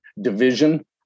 division